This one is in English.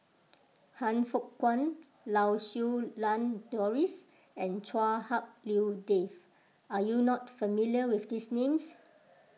Han Fook Kwang Lau Siew Lang Doris and Chua Hak Lien Dave are you not familiar with these names